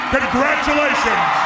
Congratulations